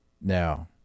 Now